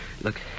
Look